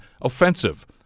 offensive